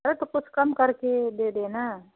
अरे तो कुछ कम करके दे देना